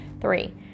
Three